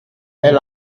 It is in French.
elle